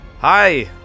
hi